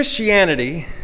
Christianity